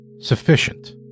sufficient